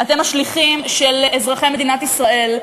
אתם השליחים של אזרחי מדינת ישראל,